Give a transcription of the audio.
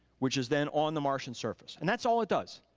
which is then on the martian surface. and that's all it does.